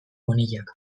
bonillak